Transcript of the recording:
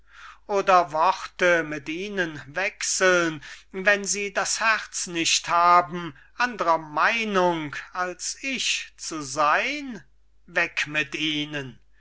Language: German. oder worte mit ihnen zu wechseln wenn sie das herz nicht haben andrer meinung als ich zu sein weg mit ihnen